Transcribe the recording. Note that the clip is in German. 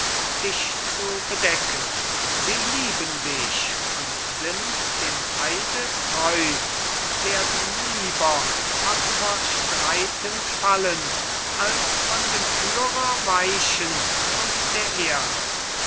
dich zu bedecken sie lieben dich und sind dem eide treu und werden lieber tapfer streitend fallen als von dem führer weichen und der ehre